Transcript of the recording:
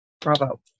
bravo